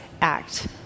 act